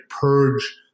purge